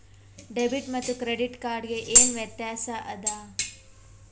Debit ಮತ್ತ credit card ಗೆ ಏನ ವ್ಯತ್ಯಾಸ ಆದ?